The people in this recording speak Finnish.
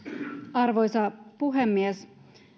arvoisa puhemies